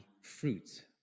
fruit